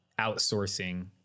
outsourcing